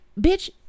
bitch